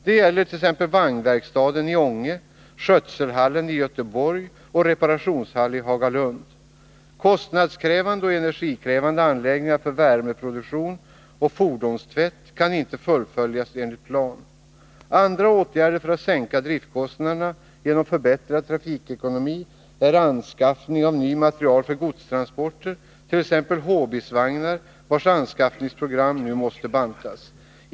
Det gäller t.ex. vagnverkstaden i Ånge, skötselhallen i Göteborg och reparationshallen i Hagalund. Kostnadskrävande och energikrävande anläggningar för värmeproduktion och fordonstvätt kan nu inte fullföljas enligt plan. Andra åtgärder för att sänka driftkostnaderna genom förbättrad trafikekonomi är anskaffning av ny materiel för godstransporter, t.ex. H bisvagnar. Anskaffningsprogrammet måste nu bantas.